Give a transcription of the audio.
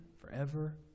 forever